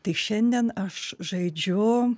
tai šiandien aš žaidžiu